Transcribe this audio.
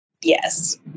Yes